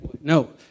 no